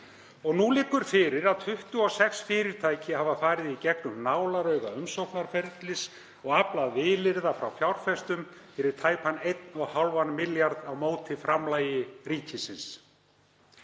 Nú liggur fyrir að 26 fyrirtæki hafa farið í gegn um nálarauga umsóknarferlis og aflað vilyrða frá fjárfestum fyrir um 1,4 milljarða á móti framlagi ríkisins.